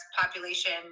population